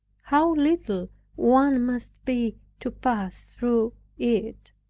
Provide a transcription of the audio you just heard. how little one must be to pass through it,